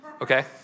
okay